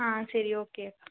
ஆ சரி ஓகே